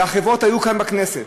והחברות היו כאן בכנסת,